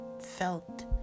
felt